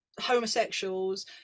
homosexuals